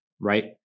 right